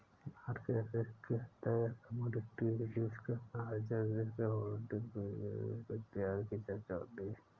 market risk के अंतर्गत commodity risk, margin risk, holding period risk इत्यादि की चर्चा होती है